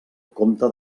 comte